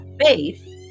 faith